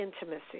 intimacy